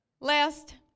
Last